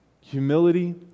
Humility